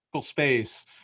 space